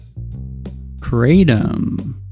Kratom